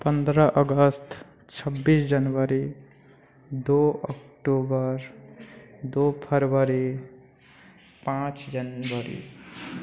पन्द्रह अगस्त छब्बीस जनवरी दू अक्टूबर दू फरबरी पाँच जनवरी